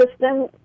system